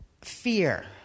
fear